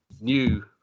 new